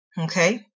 Okay